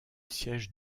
siège